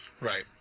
Right